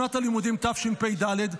שנת הלימודים תשפ"ד,